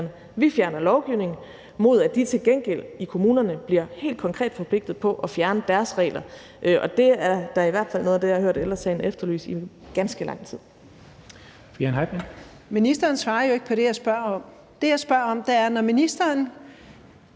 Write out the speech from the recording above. Vi fjerner lovgivning, mod at de til gengæld i kommunerne bliver helt konkret forpligtet på at fjerne deres regler. Det er da i hvert fald noget af det, jeg har hørt Ældre Sagen efterlyse i ganske lang tid. Kl. 12:17 Den fg. formand (Jens Henrik Thulesen